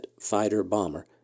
fighter-bomber